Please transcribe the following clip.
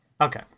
Okay